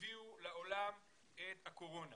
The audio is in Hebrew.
הביאו לעולם את הקורונה